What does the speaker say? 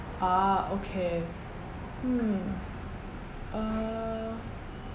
ah okay hmm err